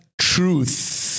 truth